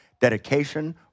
dedication